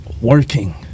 working